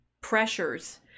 pressures